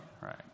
right